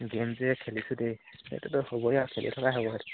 game যে খেলিছো দেই সেইটোতো হ'বই আৰু খেলি থকাই হ'ব সেইটো